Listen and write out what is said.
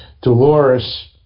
Dolores